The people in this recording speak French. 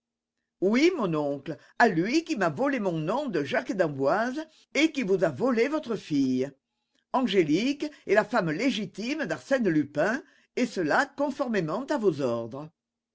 oui mon oncle à lui qui m'a volé mon nom de jacques d'emboise et qui vous a volé votre fille angélique est la femme légitime d'arsène lupin et cela conformément à vos ordres